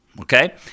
Okay